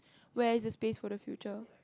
where is the space for the future